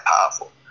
powerful